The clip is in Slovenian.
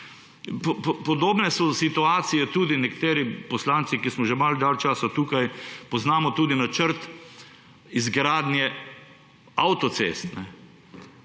Podobne so situacije, nekateri poslanci, ki smo že malo dalj časa tukaj, poznamo tudi načrt izgradnje avtocest.